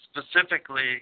specifically